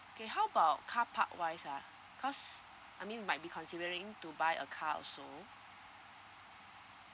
okay how about carpark wise ah cause I mean might be considering to buy a car also